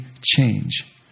change